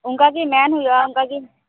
ᱚᱱᱠᱟ ᱜᱮ ᱢᱮᱱ ᱦᱩᱭᱩᱜᱼᱟ ᱚᱱᱠᱟ ᱜᱮ